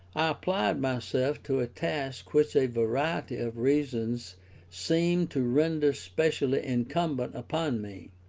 i applied myself to a task which a variety of reasons seemed to render specially incumbent upon me